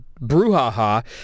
brouhaha